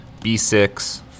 B6